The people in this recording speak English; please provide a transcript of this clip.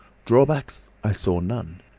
drawbacks i saw none.